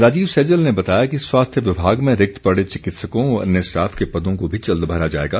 राजीव सैजल ने बताया कि स्वास्थ्य विभाग में रिक्त पड़े चिकित्सकों व अन्य स्टाफ के पदों को भी जल्द भरा जाएगा